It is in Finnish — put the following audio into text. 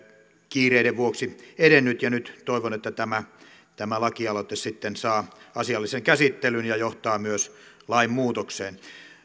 kiireiden vuoksi edennyt ja nyt toivon että tämä tämä lakialoite sitten saa asiallisen käsittelyn ja johtaa myös lain muutokseen